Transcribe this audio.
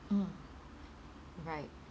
mm right